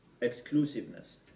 exclusiveness